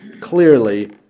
clearly